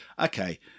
okay